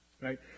right